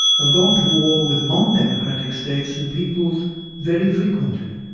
have gone to war with non-democratic states and peoples very frequently,